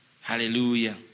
Hallelujah